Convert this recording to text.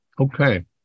Okay